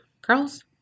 Curls